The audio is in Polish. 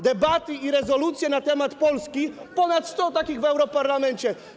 Debaty i rezolucje na temat Polski - było ponad 100 takich w europarlamencie.